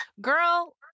Girl